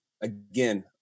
again